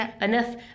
enough